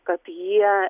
kad jie